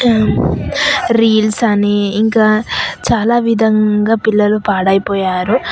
reels అని ఇంకా చాలా విధంగా పిల్లలు పాడై పోయారు